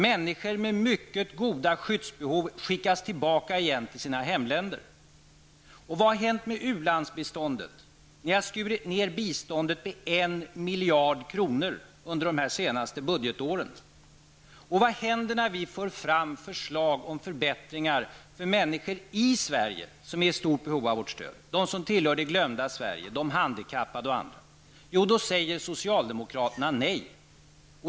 Människor med klara skyddsbehov skickas tillbaka till sina hemländer. Vad har hänt med u-landsbiståndet? Ni har skurit ner biståndet med 1 miljard kronor under de senaste budgetåren. Vad händer när vi för fram förslag om förbättringar för människor i Sverige som är i stort behov av vårt stöd, människor som tillhör det glömda Sverige, handikappade och andra? Jo, då säger socialdemokraterna nej.